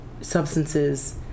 substances